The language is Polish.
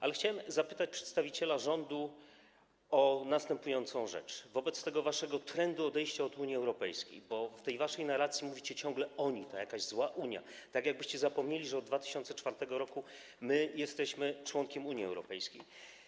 Ale chciałem zapytać przedstawiciela rządu o następującą rzecz wobec tego waszego trendu odejścia od Unii Europejskiej, bo w tej waszej narracji mówicie ciągle „oni”, to jakaś zła Unia, tak jakbyście zapomnieli, że od 2004 r. my jesteśmy członkiem Unii Europejskiej.